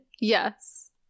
Yes